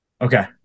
Okay